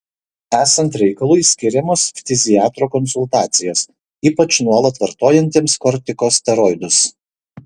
esant reikalui skiriamos ftiziatro konsultacijos ypač nuolat vartojantiems kortikosteroidus